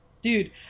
Dude